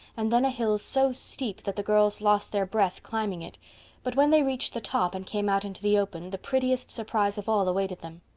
and then a hill so steep that the girls lost their breath climbing it but when they reached the top and came out into the open the prettiest surprise of all awaited them.